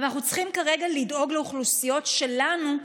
אבל אנחנו צריכים כרגע לדאוג לאוכלוסיות שלנו,